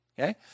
Okay